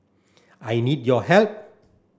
I need your help